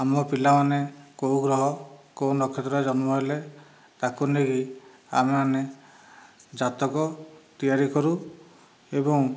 ଆମ ପିଲାମାନେ କେଉଁ ଗ୍ରହ କେଉଁ ନକ୍ଷେତ୍ରରେ ଜନ୍ମହେଲେ ତାକୁ ନେଇକି ଆମେମାନେ ଜାତକ ତିଆରି କରୁ ଏବଂ